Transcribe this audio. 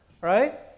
Right